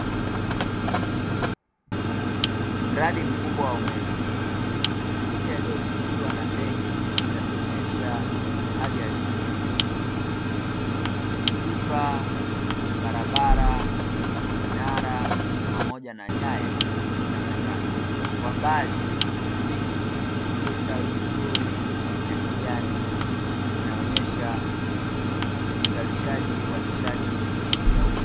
Mradi mkubwa wa umeme. Picha iliyochukuliwa na ndege inatuonyesha hali halisi ilivyo. Pipa, barabara, minara, pamoja na nyaya zinaonekana, kwa mbali miti iliyostawi vizuri ya kijani inaonyesha uzalishaji wa nishati ya umeme.